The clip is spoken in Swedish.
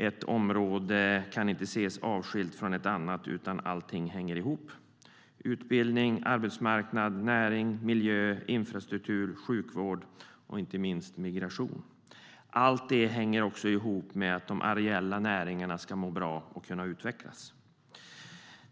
Ett område kan inte ses avskilt från ett annat, utan allt hänger ihop - utbildning, arbetsmarknad, näring, miljö, infrastruktur, sjukvård och inte minst migration. Allt det hänger dessutom ihop med att de areella näringarna ska må bra och kunna utvecklas.